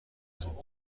زود